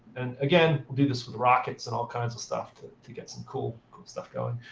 and again, we'll do this with rockets and all kinds of stuff to to get some cool cool stuff going.